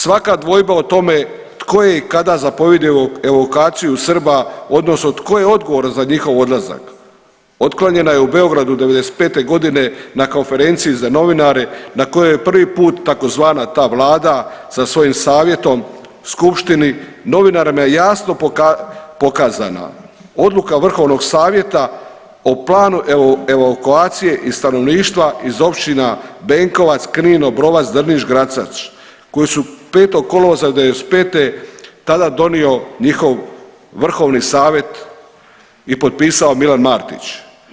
Svaka dvojba o tome tko je i kada zapovjedio evokaciju Srba, odnosno tko je odgovoran za njihov odlazak, otklonjena je u Beogradu '95. g. na konferenciji za novinare na kojoj je prvi put, tzv. ta vlada sa svojim savjetom skupštini novinarima pokazana odluka Vrhovnog savjeta o planu evakuacije i stanovništva iz općina Benkovac, Knin, Obrovac, Drniš, Gračac koji su 5. kolovoza '95. tada donio njihov Vrhovni savjet i potpisao Milan Martić.